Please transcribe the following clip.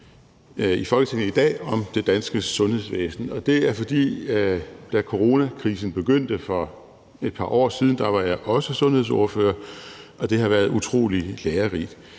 i Folketinget i dag om det danske sundhedsvæsen, og det er jeg, fordi da coronakrisen begyndte for et par år siden, var jeg også sundhedsordfører, og det har været utrolig lærerigt.